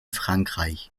frankreich